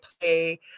play